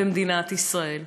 במדינת ישראל.